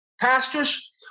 pastors